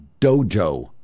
dojo